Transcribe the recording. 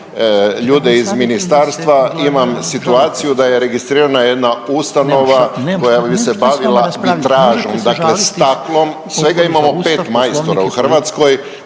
ljude iz ministarstva. Imam situaciju da je registrirana jedna ustanova koja se bavila i tražim dakle staklom, svega imamo 5 majstora u Hrvatskoj